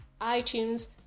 iTunes